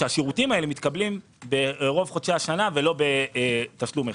שהשירותים הללו מתקבלים ברוב חודשי השנה ולא בתשלום אחד,